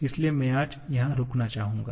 इसलिए मैं आज यहां रुकना चाहूंगा